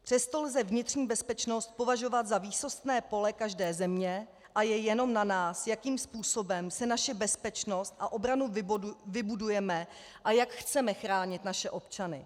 Přesto lze vnitřní bezpečnost považovat za výsostné pole každé země a je jenom na nás, jakým způsobem si naši bezpečnost a obranu vybudujeme a jak chceme chránit naše občany.